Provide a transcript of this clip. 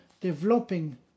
developing